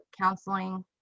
counseling